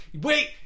Wait